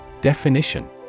Definition